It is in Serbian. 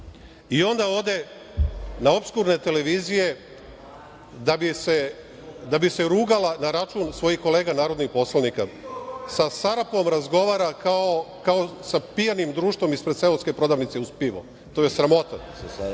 i onda ode na opskurne televizije da bi se rugala na račun svojih kolega narodnih poslanika. Sa Sarapom razgovara kao sa pijanim društvom ispred seoske prodavnice uz pivo. To je sramota.